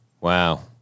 Wow